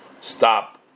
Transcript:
stop